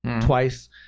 twice